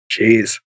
Jeez